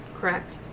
Correct